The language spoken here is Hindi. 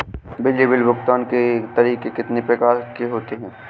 बिजली बिल भुगतान के तरीके कितनी प्रकार के होते हैं?